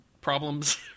problems